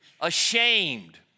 ashamed